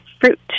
fruit